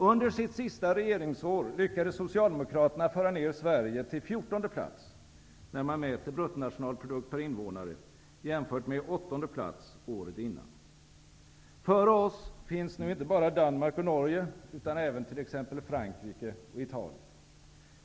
Under sitt sista regeringsår lyckades Socialdemokraterna föra ner Sverige till fjortonde plats, när man mäter bruttonationalprodukt per invånare, jämfört med åttonde plats året innan. Före oss finns nu inte bara Danmark och Norge utan även t.ex. Frankrike och Italien.